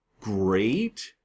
great